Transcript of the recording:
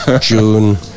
June